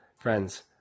Friends